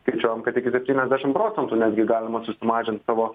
skaičiuojam kad iki septyniasdešim procentų netgi galima susimažint savo